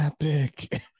epic